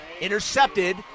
Intercepted